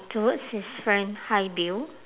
towards his friend hi bill